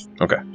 Okay